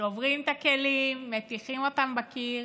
שוברים את הכלים, מטיחים אותם בקיר,